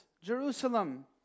Jerusalem